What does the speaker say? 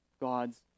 God's